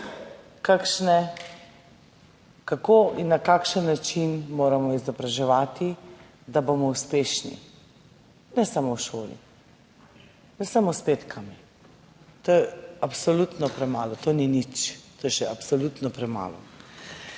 kako in na kakšen način moramo izobraževati, da bomo uspešni ne samo v šoli, ne samo s petkami, to je absolutno premalo, to ni nič, to je še absolutno premalo.